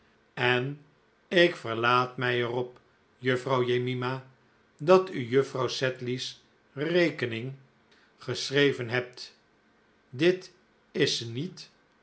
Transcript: en ik verlaat mij er op juffrouw jemima dat u juffrouw sedley's rekening geschreven hebt dit is ze niet